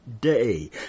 day